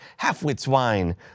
halfwitswine